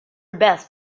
best